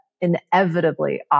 inevitably